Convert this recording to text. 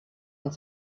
und